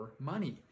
money